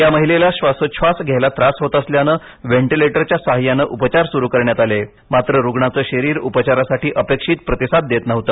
या महिलेला श्वासोच्छवास घ्यायला त्रास होत असल्याने व्हेंटिलेटरच्या सहाय्याने उपचार सुरु करण्यात आले मात्र रुग्णाचं शरीर उपचारासाठी अपेक्षित प्रतिसाद देत नव्हते